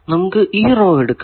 നമുക്ക് ഈ റോ എടുക്കാം